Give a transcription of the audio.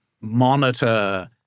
monitor